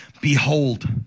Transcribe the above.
Behold